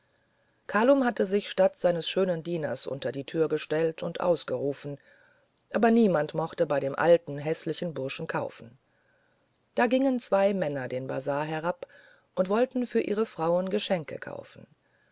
kalum hatte sich statt seines schönen dieners unter die türe gestellt und ausgerufen aber niemand mochte bei dem alten häßlichen burschen kaufen da gingen zwei männer den bazar herab und wollten für ihre frauen geschenke kaufen